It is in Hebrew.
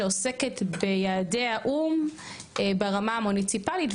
שעוסקת ביעדי האו"ם ברמה המוניציפלית,